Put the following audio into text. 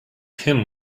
him